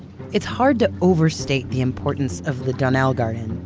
it's hard to overstate the importance of the donnell garden,